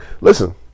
Listen